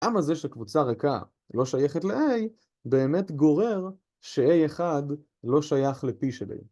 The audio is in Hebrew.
למה זה שקבוצה ריקה לא שייכת ל-A באמת גורר ש-A1 לא שייך ל-P שלהם.